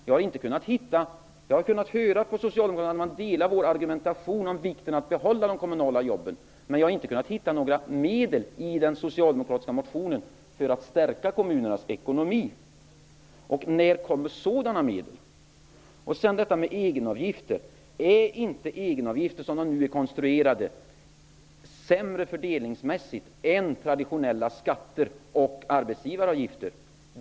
Jag har hört att Socialdemokraterna delar uppfattningen i vår argumentation om vikten av att behålla de kommunala jobben. Men jag har inte hittat några medel i den socialdemokratiska motionen för att stärka kommunernas ekonomi. När kommer sådana medel? Vidare har vi frågan om egenavgiften. Är inte egenavgifterna, som de nu är konstruerade, sämre fördelningsmässigt än traditionella skatter och arbetsgivaravgifter?